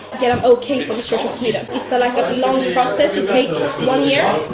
get an ok from the church of sweden. it's so like a long process. it takes one year